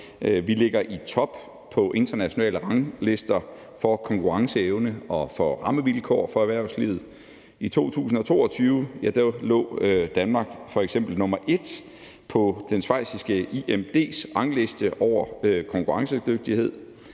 Vi ligger i top på internationale ranglister for konkurrenceevne og for rammevilkår for erhvervslivet. I 2022 lå Danmark f.eks. som nummer et på schweiziske IMD's rangliste over konkurrencedygtighed.